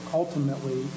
ultimately